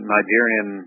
Nigerian